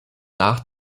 nach